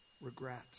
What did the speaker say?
Regret